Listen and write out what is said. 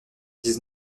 dix